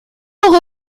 hocʼh